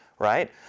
Right